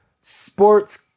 Sports